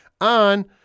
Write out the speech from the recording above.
on